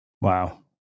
Wow